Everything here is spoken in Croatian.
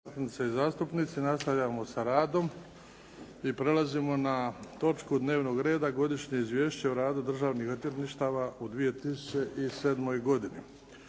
zastupnice i zastupnici. Nastavljamo sa radom. Prelazimo na točku dnevnog reda - Godišnje izvješće o radu državnih odvjetništava u 2007. godini,